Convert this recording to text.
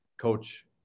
coach